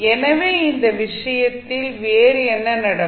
எனவே இந்த விஷயத்தில் வேறு என்ன நடக்கும்